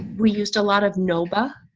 we used a lot of noba.